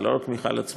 זה לא רק המכל עצמו,